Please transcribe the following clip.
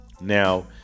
now